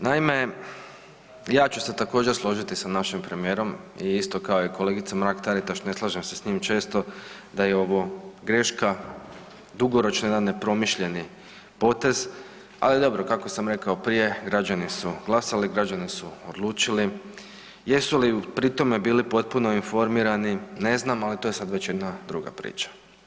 Naime, ja ću se također, složiti sa našim premijerom i isto kao i kolegica Mrak-Taritaš, ne slažem se s njim često da je ovo greška, dugoročno jedan nepromišljeni potez, ali dobro, kako sam rekao prije, građani su glasali, građani su odlučili, jesu li pri tome bili potpuno informirani, ne znam, ali to je sad već jedna druga priča.